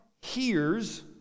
hears